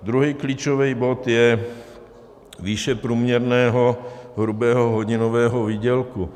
Druhý klíčový bod je výše průměrného hrubého hodinového výdělku.